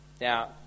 Now